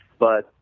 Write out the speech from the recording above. but,